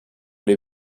les